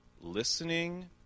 listening